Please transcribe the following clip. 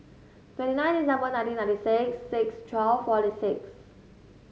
twenty nine December nineteen ninety six six twelve forty six